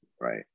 Right